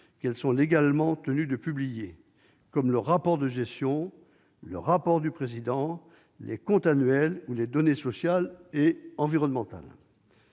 qu'elles sont légalement tenues de publier, comme le rapport de gestion, le rapport du président, les comptes annuels ou les données sociales et environnementales.